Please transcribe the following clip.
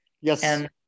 Yes